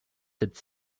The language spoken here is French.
sept